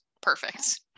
Perfect